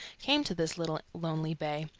came to this little lonely bay.